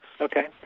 Okay